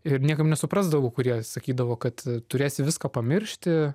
ir niekam nesuprasdavau kurie sakydavo kad turės viską pamiršti